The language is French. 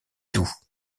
doubs